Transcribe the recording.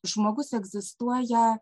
žmogus egzistuoja